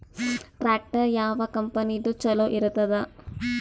Tractor ಯಾವ ಕಂಪನಿದು ಚಲೋ ಇರತದ?